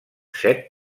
set